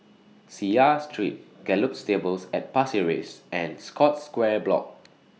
Seah Street Gallop Stables At Pasir Ris and Scotts Square Block